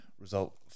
result